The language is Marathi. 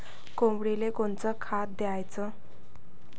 कोंबडीले कोनच खाद्य द्याच?